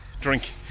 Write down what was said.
drink